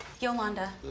Yolanda